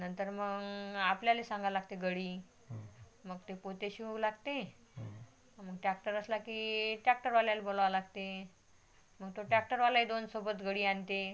नंतर मग आपल्याला सांगायला लागते गडी मग ते पोते शिवू लागते ट्रॅक्टर असला की ट्रॅक्टरवाल्याला बोलवावं लागते मग तो ट्रॅक्टरवालाही दोन सोबत गडी आणतो